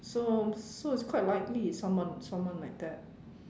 so so it's quite likely it's someone someone like that